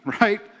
right